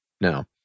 No